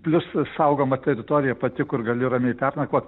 pliusas saugoma teritorija pati kur gali ramiai pernakvoti